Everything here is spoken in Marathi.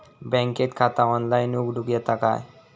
बँकेत खाता ऑनलाइन उघडूक येता काय?